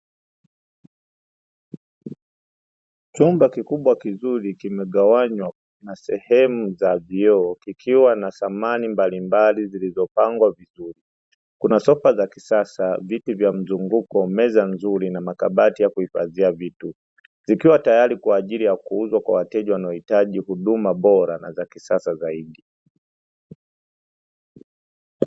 Chumba kikubwa kizuri kimegawanywa na sehemu za vioo kuna meza za mviringo pamoja na viti ikiwa ni huduma bora kwa wateja